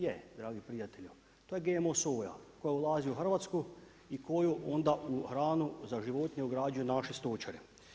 Je, dragi prijatelju, to je GMO soja koja ulazi u Hrvatsku i koju onda u hranu za životinje ugrađuju naši stočari.